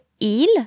il